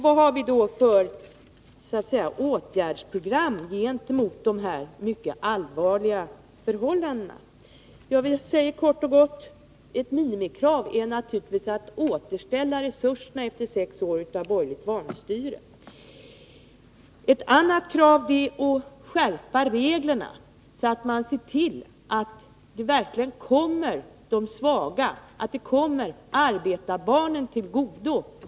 Vad har vi då för åtgärdsprogram gentemot de här mycket allvarliga förhållandena? Vi säger kort och gott: Ett minimikrav är naturligtvis att efter sex år av borgerligt vanstyre återställa resurserna. Ett annat krav är att skärpa reglerna så att man ser till att de resurser som finns verkligen kommer arbetarbarnen till godo.